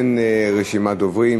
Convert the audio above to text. אין רשימת דוברים,